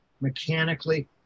mechanically